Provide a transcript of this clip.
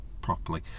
properly